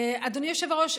אדוני היושב-ראש,